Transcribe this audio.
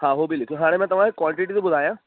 हा उहो बि लिखो हाणे मां तव्हां खे क्वाटिटी थो ॿुधायां